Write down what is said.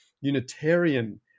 unitarian